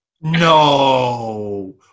no